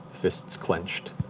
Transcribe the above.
fists clenched,